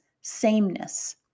sameness